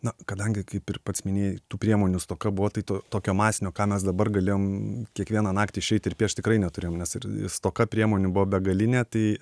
na kadangi kaip ir pats minėjai tų priemonių stoka buvo tai to tokio masinio ką mes dabar galėjom kiekvieną naktį išeit ir piešt tikrai neturėjom nes ir stoka priemonių buvo begalinė tai